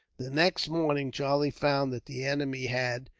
the next morning, charlie found that the enemy had,